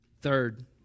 Third